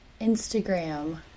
Instagram